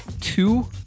two